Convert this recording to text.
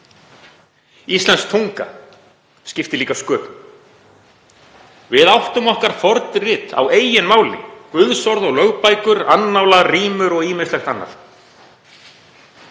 Íslensk tunga skipti líka höfuðmáli. Við áttum okkar fornrit á eigin máli, guðsorð og lögbækur, annála, rímur og ýmislegt annað.